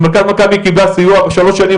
ממרכז מכבי היא קיבלה בשלוש שנים